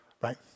right